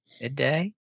midday